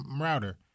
router